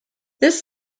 this